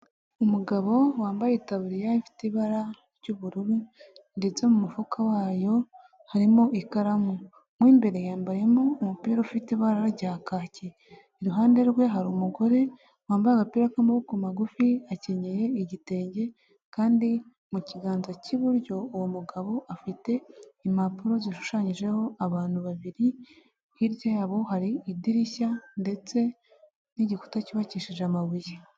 Umugabo wambaye itaburiya ifite ibara ry'ubururu ndetse mu mufuka wayo harimo ikaramu, mo imbere yambayemo umupira ufite ibara rya kacyi, iruhande rwe hari umugore wambaye agapira k'amaboko magufi, akenyeye igitenge kandi mu kiganza cy'iburyo uwo mugabo afite impapuro zishushanyijeho abantu babiri, hirya yabo hari idirishya ndetse n'igikuta cyubakishije amabuye.